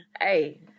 Hey